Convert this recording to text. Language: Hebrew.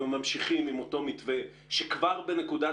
וממשיכים עם אותו מתווה שכבר בנקודת